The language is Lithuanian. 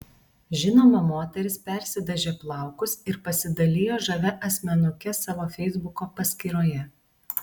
žinoma moteris persidažė plaukus ir pasidalijo žavia asmenuke savo feisbuko paskyroje